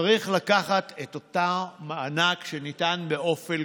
צריך לקחת את אותו מענק שניתן באופן